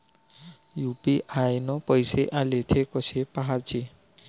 UPI न पैसे आले, थे कसे पाहाचे?